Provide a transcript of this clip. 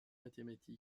mathématiques